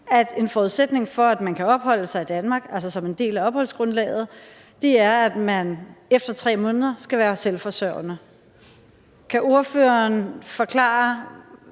at en forudsætning for, at man kan opholde sig i Danmark, altså som en del af opholdsgrundlaget, er, at man efter 3 måneder skal være selvforsørgende. Kan ordføreren forklare,